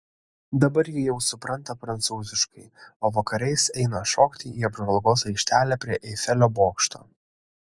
dabar ji jau supranta prancūziškai o vakarais eina šokti į apžvalgos aikštelę prie eifelio bokšto